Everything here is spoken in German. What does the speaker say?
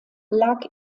lag